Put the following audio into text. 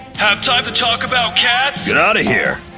have time to talk about cats! get outta here!